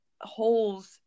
holes